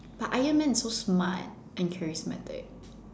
but iron man is so smart and charismatic